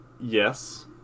Yes